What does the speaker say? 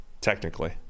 technically